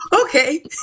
okay